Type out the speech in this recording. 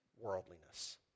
worldliness